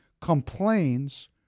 complains